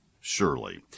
surely